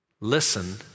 listen